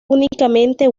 únicamente